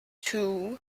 two